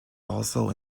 also